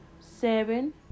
seven